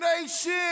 Nation